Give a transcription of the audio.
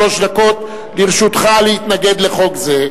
שלוש דקות לרשותך להתנגד לחוק זה.